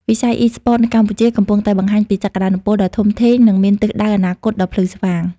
វិស័យអុីស្ព័តនៅកម្ពុជាកំពុងតែបង្ហាញពីសក្តានុពលដ៏ធំធេង និងមានទិសដៅអនាគតដ៏ភ្លឺស្វាង។